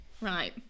Right